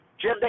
Jim